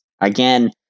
Again